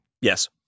Yes